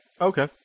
Okay